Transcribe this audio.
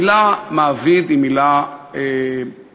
המילה מעביד היא מילה מכוערת,